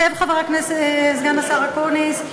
שב, סגן השר אקוניס.